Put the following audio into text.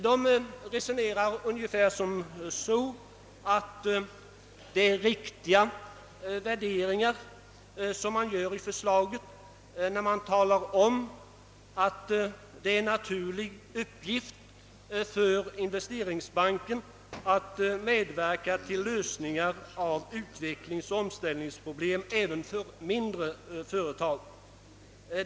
De resonerar ungefär på det sättet att de anser att det är riktiga värderingar som man gör i förslaget, när man talar om att det är en naturlig uppgift för investeringsbanken att medverka till lösningar av utvecklingsoch omställningsproblem även för mindre företag.